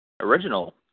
Original